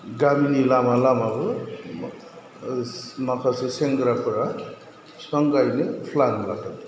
गामिनि लामा लामाबो माखासे सेंग्राफोरा बिफां गायनो फ्लान लादों